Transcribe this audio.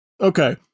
Okay